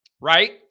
right